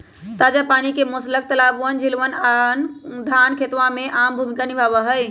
ताजा पानी के मोलस्क तालाबअन, झीलवन, धान के खेतवा में आम भूमिका निभावा हई